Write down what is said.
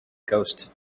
ghost